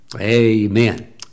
Amen